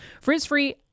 Frizz-free